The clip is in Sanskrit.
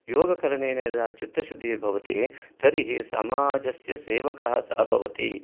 योगकरणेन यदा चित्तशुद्धिः भवति तर्हि समाजस्य सेवकः सः भवति